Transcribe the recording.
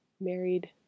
married